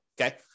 Okay